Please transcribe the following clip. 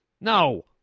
No